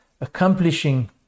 accomplishing